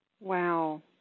Wow